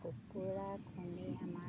কুকুৰা খুনি আমাৰ